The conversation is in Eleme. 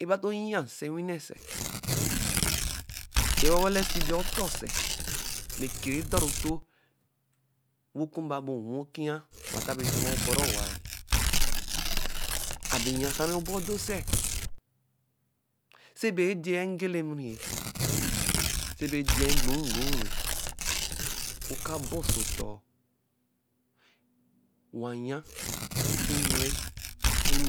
E-baba to-o yia nsewine sɛ? E-wawala ezibie ɔtɔɔ sɛ? Mɛ ɛkɛrɛ dɔru ntɔ onwi oxumba bɛ onwi okwia bara ntɛ abɛrɛ ju mɔ ɔbɔru-owa-e. Abɛ rɛ yasaru oba odo sɛ? Sɛ bɛ je-e mgelewu ri-ɛ, sɛ bɛ je-e mgbɔgbɔ rɛ. ɔka ba oso ɔtɔɔ, owa ya si enu rɛ